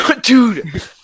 Dude